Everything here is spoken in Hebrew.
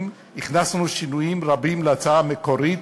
הכנסנו שינויים רבים להצעה המקורית,